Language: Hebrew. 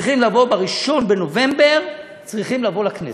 ב-1 בנובמבר צריכים לבוא לכנסת,